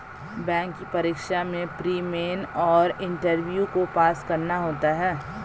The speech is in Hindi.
बैंक की परीक्षा में प्री, मेन और इंटरव्यू को पास करना होता है